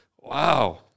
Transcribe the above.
Wow